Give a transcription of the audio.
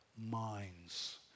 minds